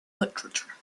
literature